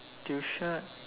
tuition